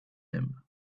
him